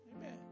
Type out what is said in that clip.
Amen